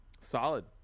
Solid